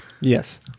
Yes